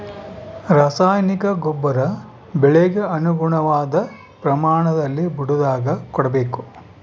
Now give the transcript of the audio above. ರಾಸಾಯನಿಕ ಗೊಬ್ಬರ ಬೆಳೆಗೆ ಅನುಗುಣವಾದ ಪ್ರಮಾಣದಲ್ಲಿ ಬುಡದಾಗ ಕೊಡಬೇಕು